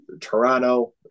Toronto